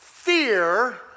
Fear